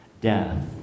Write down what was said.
death